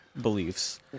beliefs